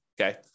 okay